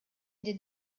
den